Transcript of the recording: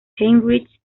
heinrich